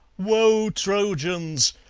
woe! trojans,